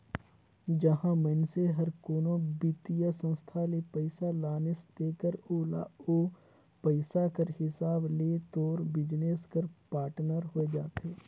जहां मइनसे हर कोनो बित्तीय संस्था ले पइसा लानिस तेकर ओला ओ पइसा कर हिसाब ले तोर बिजनेस कर पाटनर होए जाथे